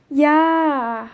ya